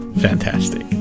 Fantastic